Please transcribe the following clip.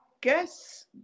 guess